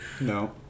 No